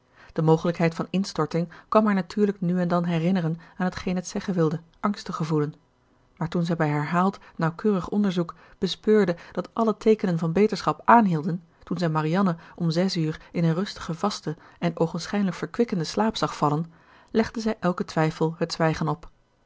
de mogelijkheid van instorting kwam haar natuurlijk nu en dan herinneren aan t geen het zeggen wilde angst te gevoelen maar toen zij bij herhaald nauwkeurig onderzoek bespeurde dat alle teekenen van beterschap aanhielden toen zij marianne om zes uur in een rustigen vasten en oogenschijnlijk verkwikkenden slaap zag vallen legde zij elken twijfel het zwijgen op